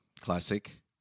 classic